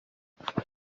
there